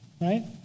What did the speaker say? right